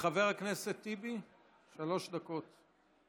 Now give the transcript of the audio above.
חבר הכנסת טיבי, שלוש דקות.